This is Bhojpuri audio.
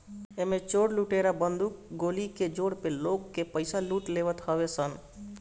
एमे चोर लुटेरा बंदूक गोली के जोर पे लोग के पईसा लूट लेवत हवे सन